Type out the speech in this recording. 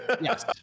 yes